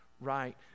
right